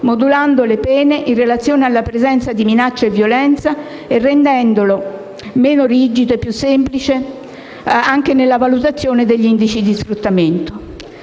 modulando le pene in relazione alla presenza di minaccia e violenza e rendendo meno rigidi e di più semplice valutazione gli indici di sfruttamento.